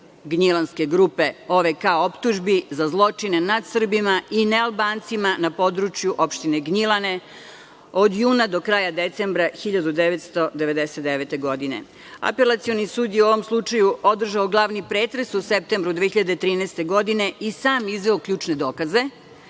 Gnjilanske grupe OVK-a optužbi za zločine nad Srbima i nealbancima na području opštine Gnjilane od juna do kraja decembra 1999. godine. Apelacioni sud je u ovom slučaju održao glavni pretres u septembru 2013. godine i sam izveo ključne dokaze,